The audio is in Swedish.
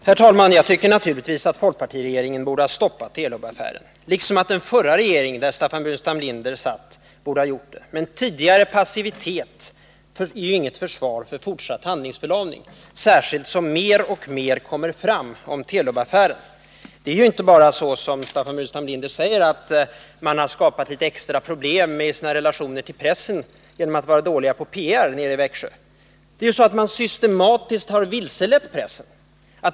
Herr talman! Jag tycker naturligtvis att folkpartiregeringen borde ha stoppat Telubaffären, liksom att den förra regeringen, i vilken Staffan Burenstam Linder satt, borde ha gjort det. Tidigare passivitet är ju inget försvar för fortsatt handlingsförlamning, särskilt som mer och mer kommer fram om Telubaffären. Det är inte bara så, som Staffan Burenstam Linder säger, att man har skapat litet extra problem när det gäller relationerna till pressen, därför att man är dålig på PR nere i Växjö. Man har ju systematiskt vilselett pressen.